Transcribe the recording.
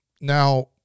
Now